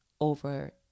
over